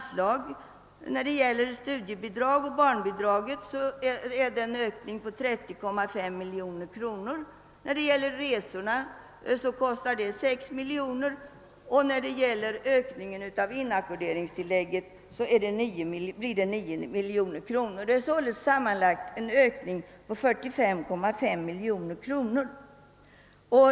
Studiebidraget och det förlängda barnbidraget har ökats med 30.5 miljoner, resebidraget med 6 miljoner och inackorderingstillägget med 9 miljoner kronor, således sammanlagt en ökning med 45,5 miljoner kronor.